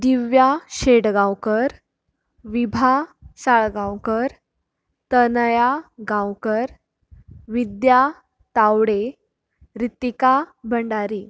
Divya Shetgaonkar Vibha Salgaonkar Tanaya Gaonkar Vidya Tawde Ritika Bhandari